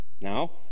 Now